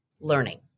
learning